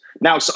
Now